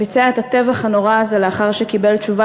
ביצע את הטבח הנורא הזה לאחר שקיבל תשובה